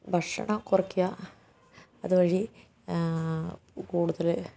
ഭക്ഷണം കുറയ്ക്കുക അതുവഴി കൂടുതൽ